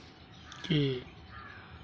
की